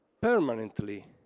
permanently